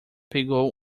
pegou